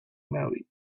married